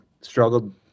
struggled